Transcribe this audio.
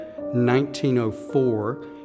1904